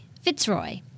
Fitzroy